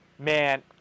Man